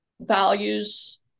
values